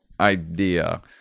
idea